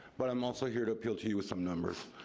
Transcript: but i'm also here to appeal to you with some numbers.